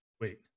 wait